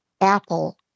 apple